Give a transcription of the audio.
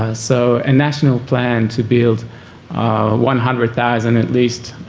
ah so a national plan to build one hundred thousand, at least,